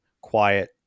quiet